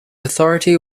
authority